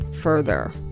further